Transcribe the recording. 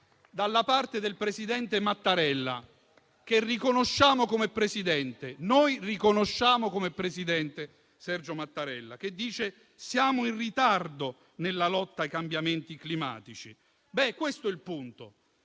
dalla parte del presidente Mattarella, che riconosciamo come Presidente. Noi lo riconosciamo come presidente, Sergio Mattarella, il quale dice: «Siamo in ritardo nella lotta al cambiamento climatico». Questo è il punto: